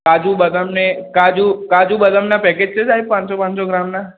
કાજુ બદામ ને કાજુ કાજુ બદામનાં પેકેટ છે સાહેબ પાંચસો પાંચસો ગ્રામનાં